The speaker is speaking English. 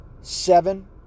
seven